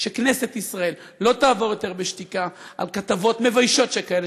שכנסת ישראל לא תעבור יותר בשתיקה על כתבות מביישות שכאלה,